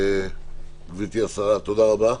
גברתי השרה, תודה רבה.